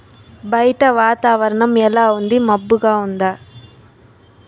బయట వాతావరణం ఎలా ఉంది మబ్బుగా ఉందా